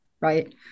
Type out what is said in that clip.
right